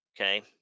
Okay